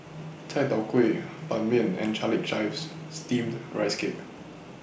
Chai Tow Kuay Ban Mian and Garlic Chives Steamed Rice Cake